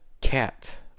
cat